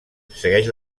segueix